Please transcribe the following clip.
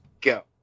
Go